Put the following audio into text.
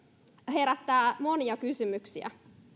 herättää monia kysymyksiä